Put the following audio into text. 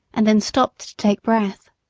and then stopped to take breath.